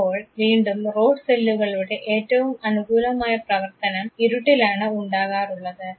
അപ്പോൾ വീണ്ടും റോഡ് സെല്ലുകളുടെ ഏറ്റവും അനുകൂലമായ പ്രവർത്തനം ഇരുട്ടിലാണ് ഉണ്ടാകാറുള്ളത്